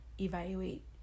evaluate